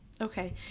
Okay